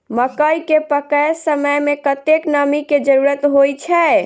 मकई केँ पकै समय मे कतेक नमी केँ जरूरत होइ छै?